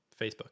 Facebook